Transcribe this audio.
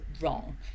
wrong